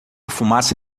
fumaça